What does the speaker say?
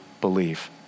believe